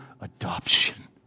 adoption